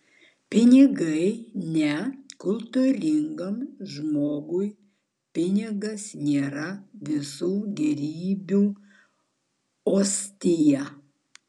pinigai ne kultūringam žmogui pinigas nėra visų gėrybių ostija